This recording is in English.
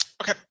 Okay